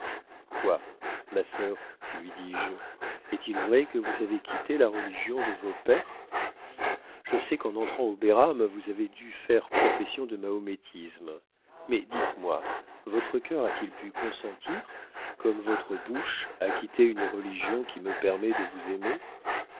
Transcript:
quoi ma sœur lui dis-je est-il vrai que vous avez quitté la religion de vos pères je sais qu'en entrant au beiram vous avez dû faire profession du mahométisme mais dites-moi votre cœur a-t-il pu consentir comme votre bouche à quitter une religion qui me permet de vous aimer